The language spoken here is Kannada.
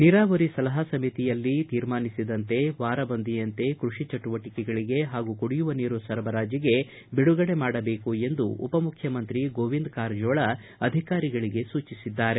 ನೀರಾವರಿ ಸಲಹಾ ಸಮಿತಿಯಲ್ಲಿ ತೀರ್ಮಾನಿಸಿದಂತೆ ವಾರ ಬಂದಿಯಂತೆ ಕೃಷಿ ಚಟುವಟಿಕೆಗಳಿಗೆ ಹಾಗೂ ಕುಡಿಯುವ ನೀರು ಸರಬರಾಜಗೆ ಬಿಡುಗಡೆ ಮಾಡಬೇಕು ಎಂದು ಉಪಮುಖ್ಯಮಂತ್ರಿ ಗೋವಿಂದ ಕಾರಜೋಳ ಅಧಿಕಾರಿಗಳಿಗೆ ಸೂಚಿಸಿದ್ದಾರೆ